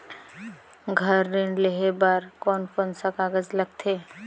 घर ऋण लेहे बार कोन कोन सा कागज लगथे?